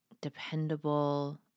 dependable